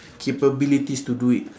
capabilities to do it